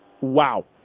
wow